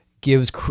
gives